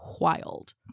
wild